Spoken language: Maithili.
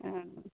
हूँ